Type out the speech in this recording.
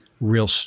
real